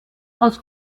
aus